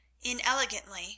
inelegantly